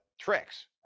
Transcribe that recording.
tricks